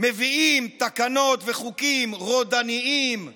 מביאים תקנות וחוקים רודניים ומסוכנים,